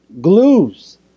glues